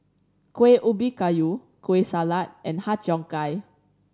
Kueh Ubi Kayu Kueh Salat and Har Cheong Gai